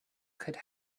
could